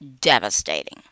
devastating